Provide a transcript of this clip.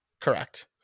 Correct